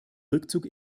rückzug